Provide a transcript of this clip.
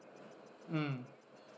mm